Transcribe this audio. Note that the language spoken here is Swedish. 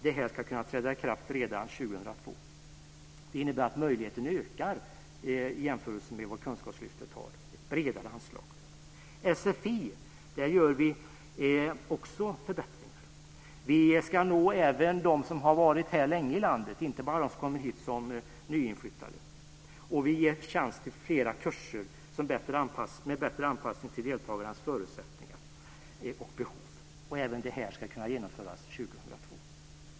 Det här ska kunna träda i kraft redan 2002. Det innebär att möjligheterna ökar i jämförelse med vad Kunskapslyftet erbjöd, ett bredare anslag. Vi gör också förbättringar av sfi. Vi ska nå även dem som har varit länge i landet inte bara dem som kommer hit som nyinflyttade. Vi ger chans till fler kurser med bättre anpassning till deltagarnas förutsättningar och behov. Även detta ska kunna genomföras 2002.